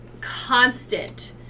constant